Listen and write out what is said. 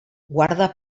guarda